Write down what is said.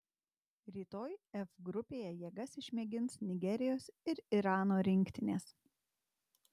rytoj f grupėje jėgas išmėgins nigerijos ir irano rinktinės